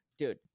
Dude